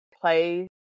play